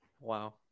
Wow